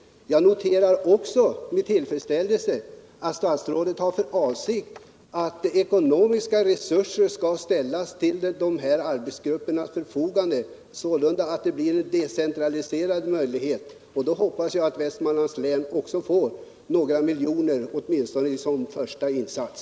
Jag noterar också med tillfredsställelse att statsrådet har för avsikt att ekonomiska resurser skall ställas till arbetsgruppernas förfogande, att detta sålunda blir en decentraliserad möjlighet. Då hoppas jag att också Västmanlands län får några miljoner, åtminstone som första insats.